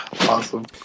awesome